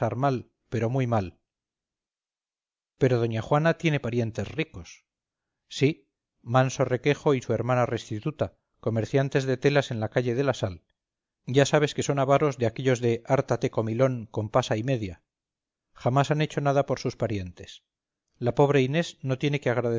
pero muy mal pero doña juana tiene parientes ricos sí manso requejo y su hermana restituta comerciantes de telas en la calle de la sal ya sabes que son avaros de aquellos de hártate comilón con pasa y media jamás han hecho nada por sus parientes la pobre inés no tiene que